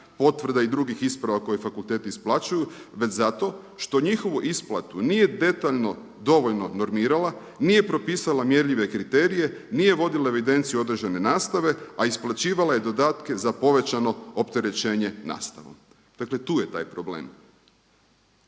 potvrda i drugih isprava koje fakulteti isplaćuju već zato što njihovu isplatu nije detaljno dovoljno normirala, nije propisala mjerljive kriterije, nije vodila evidenciju određene nastave, a isplaćivala je dodatke za povećano opterećenje nastavom. Dakle, tu je taj problem.